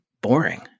boring